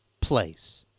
place